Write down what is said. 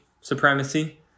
supremacy